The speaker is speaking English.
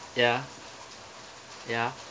ya ya